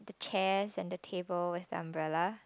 the chairs and the tables and umbrella